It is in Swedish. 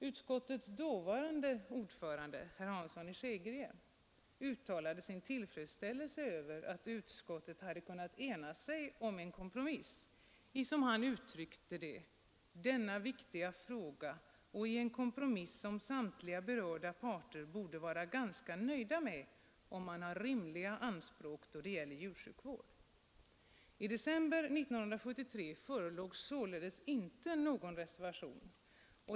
Utskottets dåvarande ordförande, herr Hansson i Skegrie, uttalade sin tillfredsställelse över att utskottet hade kunnat ena sig om en kompromiss i, som han uttryckte det, ”denna viktiga fråga och i en kompromiss som samtliga berörda parter borde vara ganska nöjda med om man har rimliga anspråk då det gäller djursjukvård”. I december 1973 förelåg således inte någon reservation.